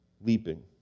leaping